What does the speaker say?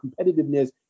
competitiveness